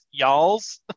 Yalls